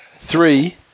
Three